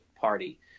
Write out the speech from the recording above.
Party